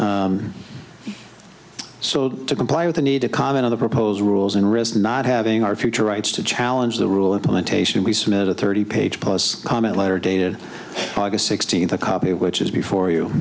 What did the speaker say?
sold to comply with the need to comment on the proposed rules and risk not having our future rights to challenge the rule implementation we submit a thirty page plus comment letter dated august sixteenth a copy of which is before you